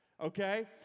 Okay